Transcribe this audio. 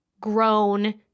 grown